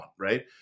right